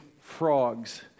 frogs